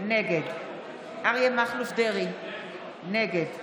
נגד אריה מכלוף דרעי, נגד